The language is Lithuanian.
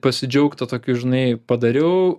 pasidžiaugt tuo tokiu žinai padariau